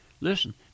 Listen